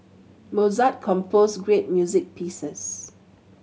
Mozart composed great music pieces